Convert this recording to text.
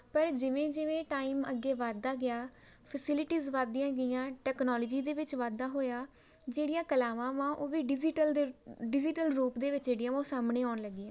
ਪਰ ਜਿਵੇਂ ਜਿਵੇਂ ਟਾਈਮ ਅੱਗੇ ਵਧਦਾ ਗਿਆ ਫੈਸਿਲਿਟੀਜ਼ ਵੱਧਦੀਆਂ ਗਈਆਂ ਟੈਕਨੋਲੋਜੀ ਦੇ ਵਿੱਚ ਵਾਧਾ ਹੋਇਆ ਜਿਹੜੀਆਂ ਕਲਾਵਾਂ ਵਾ ਉਹ ਵੀ ਡਿਜੀਟਲ ਦੇ ਡਿਜੀਟਲ ਰੂਪ ਦੇ ਵਿੱਚ ਜਿਹੜੀਆਂ ਵਾ ਉਹ ਸਾਹਮਣੇ ਆਉਣ ਲੱਗੀਆਂ